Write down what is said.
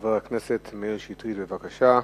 חבר הכנסת מאיר שטרית, בבקשה.